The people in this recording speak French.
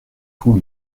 vous